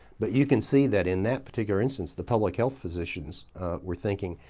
but you can see that in that particular instance, the public health physicians were thinking,